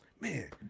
man